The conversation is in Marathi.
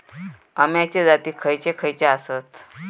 अम्याचे जाती खयचे खयचे आसत?